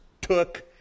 took